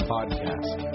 Podcast